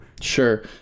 Sure